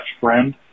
friend